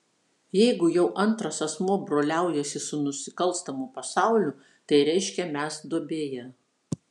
jeigu jau antras asmuo broliaujasi su nusikalstamu pasauliu tai reiškia mes duobėje